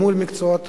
לעומת מקצועות